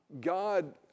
God